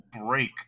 break